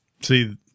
See